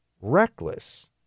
reckless